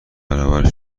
برابر